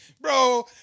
bro